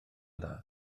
dda